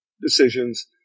decisions